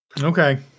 Okay